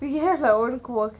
we have our own work